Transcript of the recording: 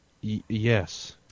Yes